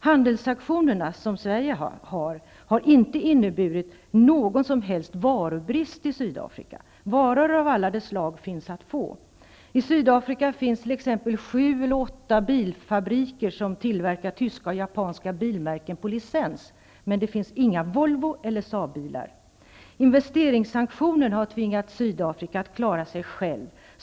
Handelssanktionerna, som Sverige deltar i, har inte inneburit någon som helst varubrist i Sydafrika. Varor av alla de slag finns att få. I Sydafrika finns t.ex. sju eller åtta bilfabriker som tillverkar tyska och japanska bilmärken på licens. Men det finns inga Volvoeller Saabbilar. Investeringssanktionerna har tvingat Sydafrika att klara sig självt.